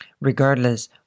regardless